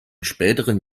späteren